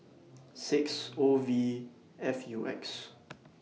six O V F U X